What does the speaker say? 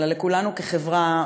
אלא לכולנו כחברה,